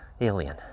alien